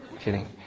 Kidding